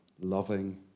loving